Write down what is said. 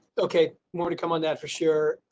okay, more to come on that for sure.